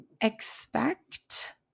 Expect